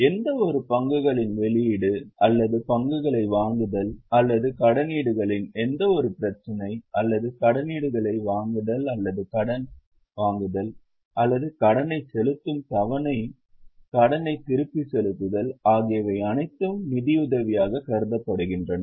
எந்தவொரு பங்குகளின் வெளியீடு அல்லது பங்குகளை வாங்குதல் அல்லது கடனீடுகளின் எந்தவொரு பிரச்சினை அல்லது கடனீடுகளை வாங்குதல் அல்லது கடன் வாங்குதல் அல்லது கடனை செலுத்தும் தவணை கடனை திருப்பிச் செலுத்துதல் ஆகியவை அனைத்தும் நிதியுதவியாகக் கருதப்படுகின்றன